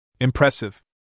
Impressive